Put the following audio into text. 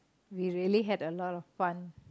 we really had a lot of fun